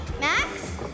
Max